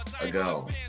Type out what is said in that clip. ago